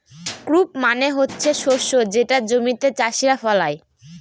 crop মানে হচ্ছে শস্য যেটা জমিতে চাষীরা ফলায়